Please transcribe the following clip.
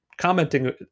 commenting